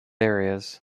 areas